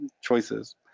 choices